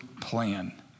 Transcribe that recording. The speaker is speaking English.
plan